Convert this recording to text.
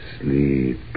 Sleep